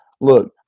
look